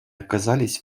оказались